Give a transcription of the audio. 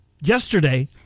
yesterday